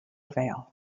avail